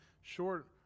short